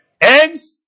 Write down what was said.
eggs